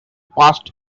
passed